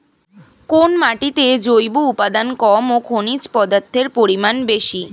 কোন মাটিতে জৈব উপাদান কম ও খনিজ পদার্থের পরিমাণ বেশি?